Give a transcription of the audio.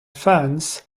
fans